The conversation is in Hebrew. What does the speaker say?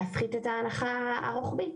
להפחית את ההנחה הרוחבית.